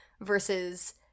versus